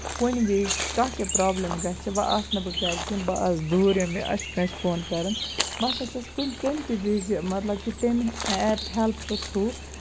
کُنہِ وِزِ کانٛہہ تہِ پرابلِم گژھِ وۄنۍ آسہِ نہٕ بہٕ گرِ کیٚنٛہہ بہٕ آسہٕ دوٗرِ مےٚ آسہِ کٲنٛسہِ فون کَرُن بہٕ سا چھَس تیٚلہِ تہِ وِزِ مطلب کہِ تَمہِ ایٚپہِ ہیلپہٕ تھروٗ